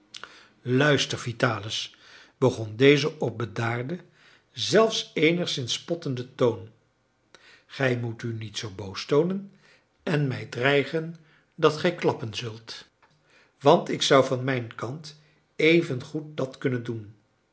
luister vitalis begon deze op bedaarden zelfs eenigszins spottenden toon gij moet u niet zoo boos toonen en mij dreigen dat gij klappen zult want ik zou van mijn kant evengoed dat kunnen doen